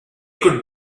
could